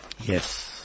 Yes